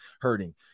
hurting